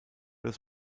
das